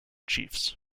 chiefs